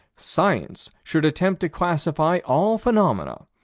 science should attempt to classify all phenomena,